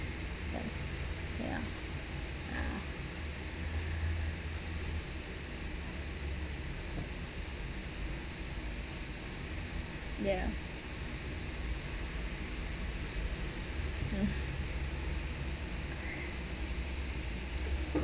ya ya mm